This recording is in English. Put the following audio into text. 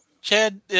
Chad